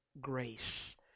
grace